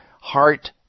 heart